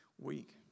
week